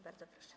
Bardzo proszę.